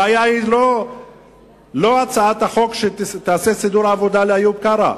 הבעיה היא לא הצעת החוק שתעשה סידור עבודה לאיוב קרא,